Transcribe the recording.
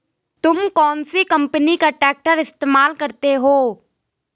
तुम कौनसी कंपनी का ट्रैक्टर इस्तेमाल करते हो?